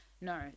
No